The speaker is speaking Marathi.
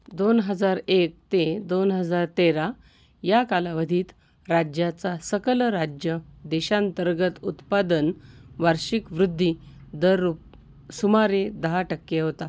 दोन हजार एक ते दोन हजार तेरा या कालावधीत राज्याचा सकल राज्य देशांतर्गत उत्पादन वार्षिक वृद्धी दर रुप सुमारे दहा टक्के होता